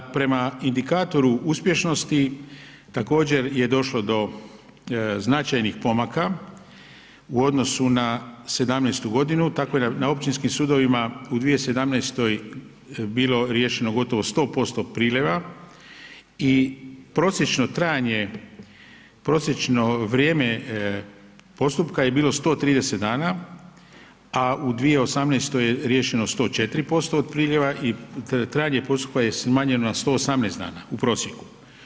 Prema indikatoru uspješnosti također je došlo do značajnih pomaka u odnosu na '17. godinu tako da na općinskim sudovima u 2017. bilo riješeno 100% priljeva i prosječno trajanje, prosječno vrijeme postupka je bilo 130 dana, a u 2018. je riješeno 104% od priljeva i trajanje postupka je smanjeno na 118 dana u prosjeku.